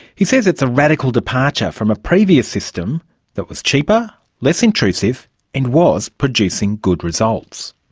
he says it's a radical departure from a previous system that was cheaper, less intrusive and was producing good results.